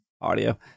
audio